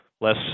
less